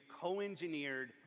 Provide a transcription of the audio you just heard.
co-engineered